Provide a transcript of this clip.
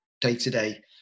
day-to-day